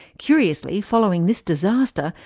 curiously, following this disaster,